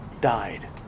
died